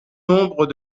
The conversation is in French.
nombre